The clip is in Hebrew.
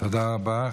תודה רבה.